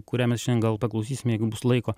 kurią mes šiandien gal paklausysim jeigu bus laiko